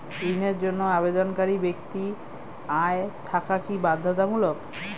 ঋণের জন্য আবেদনকারী ব্যক্তি আয় থাকা কি বাধ্যতামূলক?